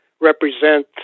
represent